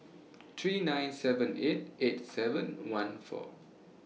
three nine seven eight eight seven one four